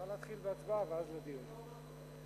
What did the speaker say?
אדוני